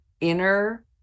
inner